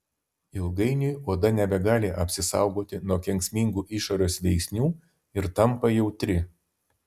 ilgainiui oda nebegali apsisaugoti nuo kenksmingų išorės veiksnių ir tampa jautri